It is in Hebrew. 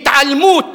התעלמות